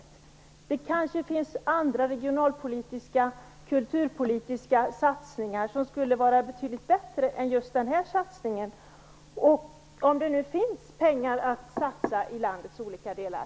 Men det finns kanske andra regionalpolitiska eller kulturpolitiska satsningar som skulle vara betydligt bättre än just den här satsningen - om det nu finns pengar att satsa i landets olika delar.